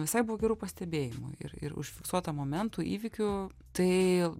visai buvo gerų pastebėjimų ir ir užfiksuota momentų įvykių tai